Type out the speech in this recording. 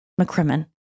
McCrimmon